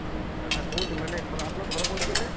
ଉଁ ଆଚ୍ଛା କେଉଁଠି ମାନେ ଆପଣଙ୍କ ଘର କେଉଁଠି କହିଲେ